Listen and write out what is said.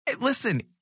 listen